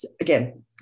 Again